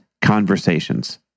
conversations